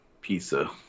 Pizza